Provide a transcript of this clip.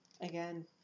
again